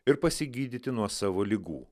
ir pasigydyti nuo savo ligų